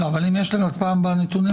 אבל אם יש להם בפעם הבאה נתונים,